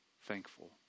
thankful